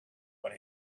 but